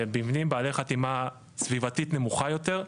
זה מבנים בעלי חתימה סביבתית נמוכה יותר.